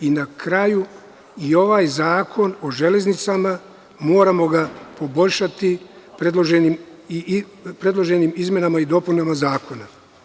Na kraju, i ovaj Zakon o železnicama moramo poboljšati predloženim izmenama i dopunama zakona.